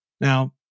Now